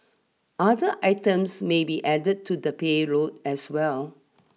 other items may be added to the payload as well